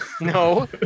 no